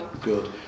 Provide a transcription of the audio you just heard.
Good